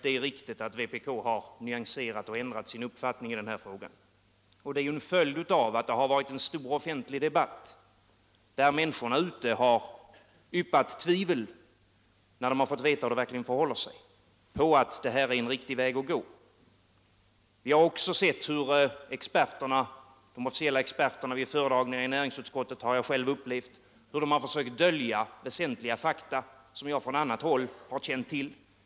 Det är riktigt att vpk har ändrat sin uppfattning i denna fråga. Detta är en följd av att det har varit en stor offentlig debatt, där människorna —- när de har fått veta hur det verkligen förhåller sig — har yppat tvivel på att detta är en riktig väg att gå. Vi har också sett hur de officiella experterna — det har jag själv upplevt - vid föredragningar i näringsutskottet försökt dölja väsentliga fakta, som jag från annat håll har känt till.